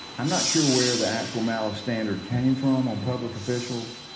i'm not sure where the actual malice standard came from on public officials,